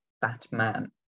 Batman